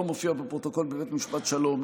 לא מופיע בפרוטוקול בבית משפט שלום,